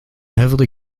heavily